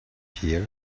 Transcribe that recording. here